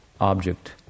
object